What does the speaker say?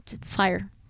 Fire